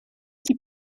t’y